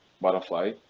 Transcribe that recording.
butterfly